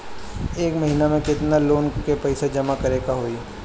एक महिना मे केतना लोन क पईसा जमा करे क होइ?